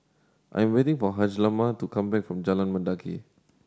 I am waiting for Hjalmer to come back from Jalan Mendaki